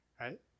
right